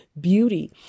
beauty